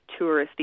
touristy